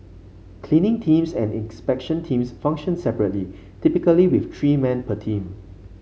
cleaning teams and inspection teams function separately typically with three men per team